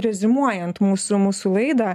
reziumuojant mūsų mūsų laidą